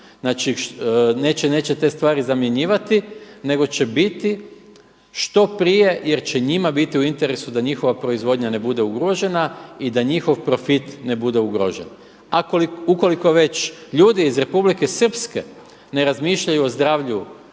neće, neće te stvari zamjenjivati, nego će biti što prije jer će njima biti u interesu da njihova proizvodnja ne bude ugrožena i da njihov profit ne bude ugrožen. Ukoliko već ljudi iz Republike Srpske ne razmišljaju o zdravlju